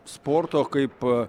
sporto kaip